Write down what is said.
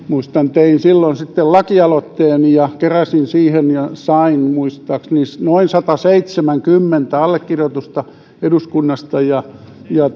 muistan että tein silloin sitten lakialoitteen ja keräsin siihen allekirjoituksia ja sain muistaakseni noin sataseitsemänkymmentä allekirjoitusta eduskunnasta ja ja